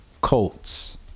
colts